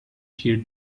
here